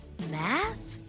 math